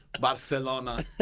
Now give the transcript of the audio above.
Barcelona